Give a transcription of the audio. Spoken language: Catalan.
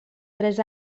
tres